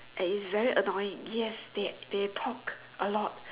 that is very annoying yes they they talk a lot